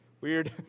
Weird